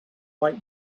like